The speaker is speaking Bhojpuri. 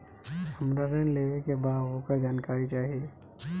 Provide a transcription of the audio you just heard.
हमरा ऋण लेवे के बा वोकर जानकारी चाही